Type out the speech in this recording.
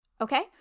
Okay